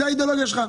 זו האידיאולוגיה שלך.